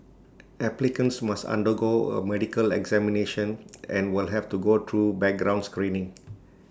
applicants must undergo A medical examination and will have to go through background screening